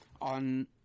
on